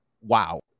wow